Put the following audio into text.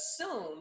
assume